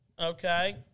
Okay